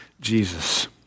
Jesus